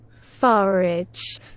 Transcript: Forage